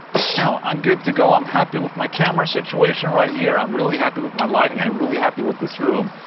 hell i'm good to go. i'm happy with my camera situation right here. i'm really happy with my lighting, i'm really happy with this room.